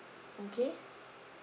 okay